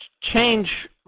change